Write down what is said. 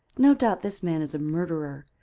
no doubt this man is a murderer,